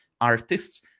artists